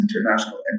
international